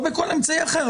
או בכל אמצעי אחר.